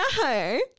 no